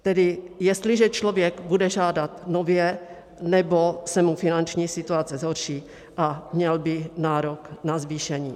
Tedy jestliže člověk bude žádat nově nebo se mu finanční situace zhorší a měl by nárok na zvýšení.